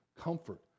comfort